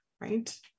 right